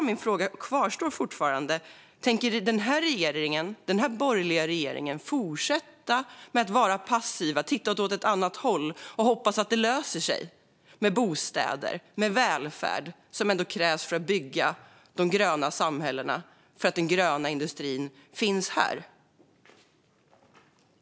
Min fråga kvarstår fortfarande: Tänker den borgerliga regeringen fortsätta att vara passiv, titta åt ett annat håll och hoppas att det löser sig med bostäder och välfärd, vilket krävs för att bygga de gröna samhällena och för att den gröna industrin ska finnas här?